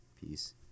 peace